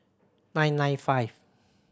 nine nine five